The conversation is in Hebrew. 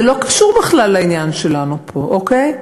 זה לא קשור בכלל לעניין שלנו פה, אוקיי?